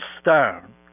stone